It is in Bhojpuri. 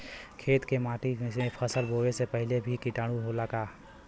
खेत के माटी मे फसल बोवे से पहिले भी किटाणु होला का?